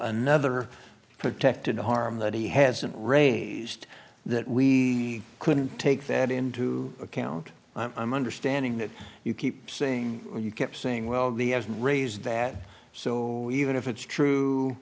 another protected harm that he hasn't raised that we couldn't take that into account i'm understanding that you keep saying you keep saying well they have raised that so even if it's true